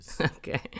okay